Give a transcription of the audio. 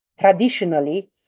Traditionally